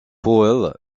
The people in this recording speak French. powell